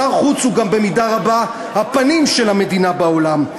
שר חוץ הוא גם, במידה רבה, הפנים של המדינה בעולם.